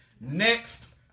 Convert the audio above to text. next